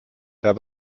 der